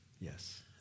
Yes